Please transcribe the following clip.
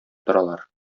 торалар